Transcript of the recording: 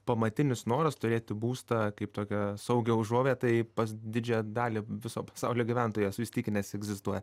pamatinis noras turėti būstą kaip tokią saugią užuovėją tai pas didžiąją dalį viso pasaulio gyventojų esu įsitikinęs egzistuoja